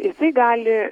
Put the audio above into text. jisai gali